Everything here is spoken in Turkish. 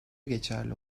geçerli